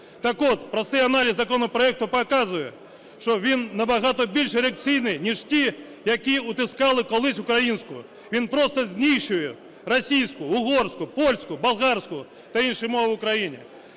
Так от простий аналіз законопроекту показує, що він набагато більш реакційний, ніж ті, які утискали колись українську, він просто знищує російську, угорську, польську, болгарську та інші мови в Україні.